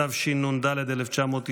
התשנ"ד 1994,